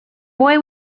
boy